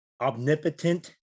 Omnipotent